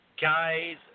guys